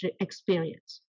experience